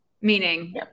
meaning